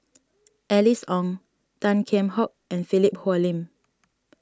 Alice Ong Tan Kheam Hock and Philip Hoalim